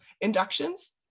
Inductions